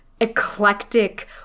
eclectic